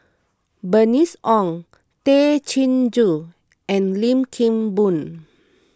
Bernice Ong Tay Chin Joo and Lim Kim Boon